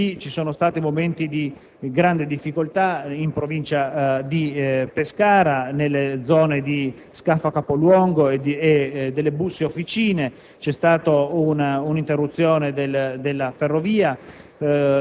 Ci sono stati momenti di grande difficoltà in Provincia di Pescara e nelle zone di Scafa (Capoluogo) e di Bussi Officine. C'è stata un'interruzione della ferrovia,